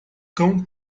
cão